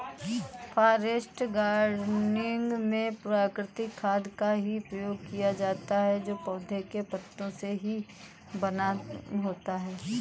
forest gardening में प्राकृतिक खाद का ही प्रयोग किया जाता है जो पौधों के पत्तों से ही बना होता है